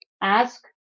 ask